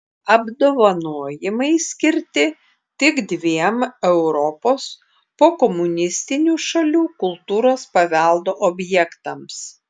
apdovanojimai skirti tik dviem europos pokomunistinių šalių kultūros paveldo objektams